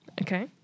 Okay